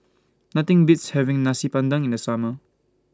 Nothing Beats having Nasi Padang in The Summer